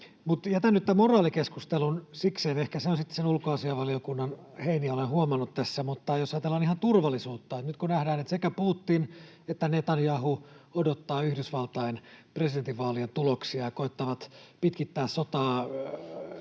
tämän moraalikeskustelun sikseen — ehkä se on sitten ulkoasiainvaliokunnan heiniä, olen huomannut tässä. Mutta jos ajatellaan ihan turvallisuutta, niin nyt nähdään, että sekä Putin että Netanjahu odottavat Yhdysvaltain presidentinvaalien tuloksia ja koettavat pitkittää sotaa